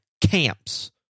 camps